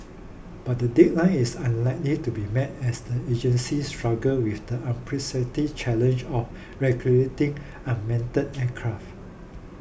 but the deadline is unlikely to be met as the agency struggle with the unprecedented challenge of regulating unmanned aircraft